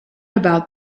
about